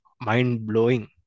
mind-blowing